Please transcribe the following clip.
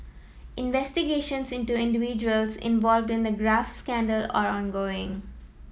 investigations into individuals involved in the graft scandal are ongoing